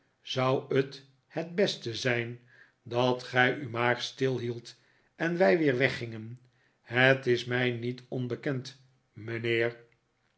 zou t het beste zijn dat gij u maar stilhieldt en wij weer weggingen het is mij niet onbekend mijnheer